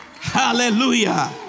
Hallelujah